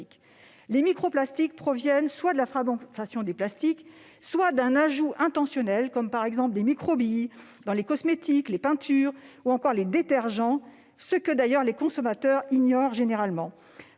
Les microplastiques proviennent soit de la fragmentation des plastiques, soit d'un ajout intentionnel, comme celui de microbilles dans les cosmétiques, les peintures, ou encore les détergents, ce que les consommateurs ignorent d'ailleurs